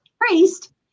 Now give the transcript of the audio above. priest